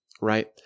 right